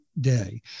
day